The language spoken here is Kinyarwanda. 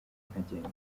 nkagenda